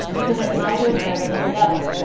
so that neither is better than the other.